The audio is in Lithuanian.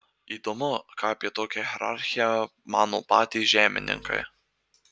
įdomu ką apie tokią hierarchiją mano patys žemininkai